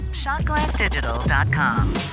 ShotGlassDigital.com